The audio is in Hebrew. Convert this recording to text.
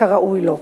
כראוי לו.